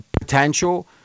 potential